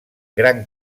gran